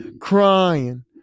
crying